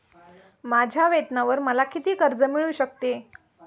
माझ्या वेतनावर मला किती कर्ज मिळू शकते?